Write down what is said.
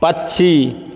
पक्षी